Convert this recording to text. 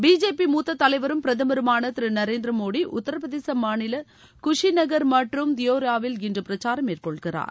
BJP மூத்த தலைவரும் பிரதமருமான திரு நரேந்திர மோடி உத்தரப்பிரதேச மாநில் குஷி நகர் மற்றும் தியோரியாவில் இன்று பிரச்சாரம் மேற்கொள்கிறார்